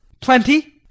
Plenty